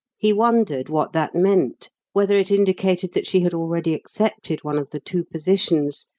he wondered what that meant whether it indicated that she had already accepted one of the two positions,